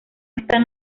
están